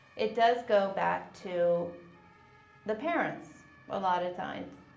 it does go back to the parents a lot of times.